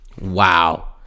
wow